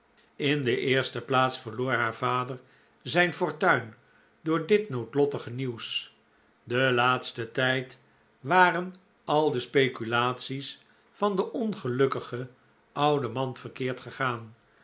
in de eerste plaats verloor haar vader zijn fortuin door dit noodlottige nieuws den laatsten tijd waren al de speculaties van den ongelukkigen ouden man verkeerd gegaan